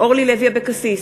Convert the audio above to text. אורלי לוי אבקסיס,